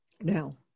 Now